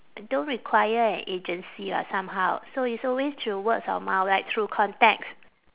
don't require an agency lah somehow so it's always through words of mouth like through contacts